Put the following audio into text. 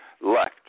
left